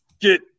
get